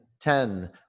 ten